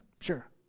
sure